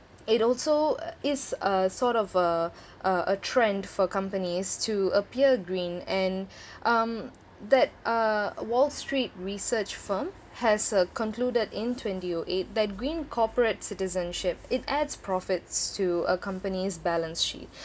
it also is uh sort of a a trend for companies to appear green and um that uh wall street research firm has a concluded in twenty O eight that green corporate citizenship it adds profits to a company's balance sheet